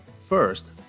First